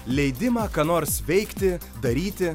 leidimą ką nors veikti daryti